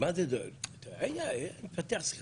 התפתחה שיחה.